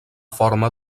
forma